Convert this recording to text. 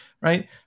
right